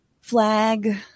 flag